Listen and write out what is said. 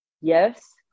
yes